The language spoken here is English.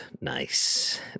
Nice